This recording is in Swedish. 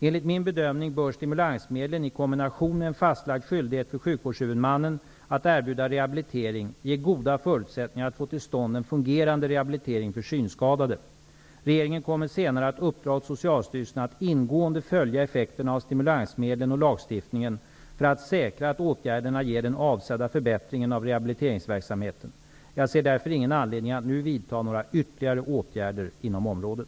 Enligt min bedömning bör stimulansmedlen i kombination med en fastlagd skyldighet för sjukvårdshuvudmannen att erbjuda rehabilitering ge goda förutsättningar att få till stånd en fungerande rehabilitering för synskadade. Regeringen kommer senare att uppdra åt Socialstyrelsen att ingående följa effekterna av stimulansmedlen och lagstiftningen, för att säkra att åtgärderna ger den avsedda förbättringen av rehabiliteringsverksamheten. Jag ser därför ingen anledning att nu vidta några ytterligare åtgärder inom området.